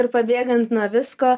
ir pabėgant nuo visko